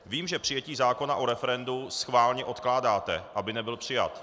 Vím, že přijetí zákona o referendu schválně odkládáte, aby nebyl přijat.